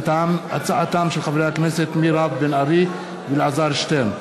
הצעתם של חברי הכנסת מירב בן ארי ואלעזר שטרן,